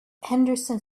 henderson